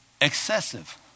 excessive